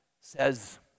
says